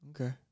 Okay